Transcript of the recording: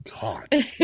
God